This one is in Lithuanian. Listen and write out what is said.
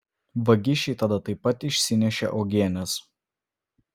vagišiai tada taip pat išsinešė uogienes